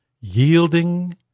yielding